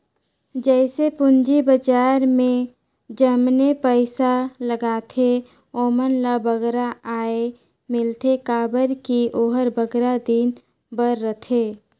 जइसे पूंजी बजार में जमने पइसा लगाथें ओमन ल बगरा आय मिलथे काबर कि ओहर बगरा दिन बर रहथे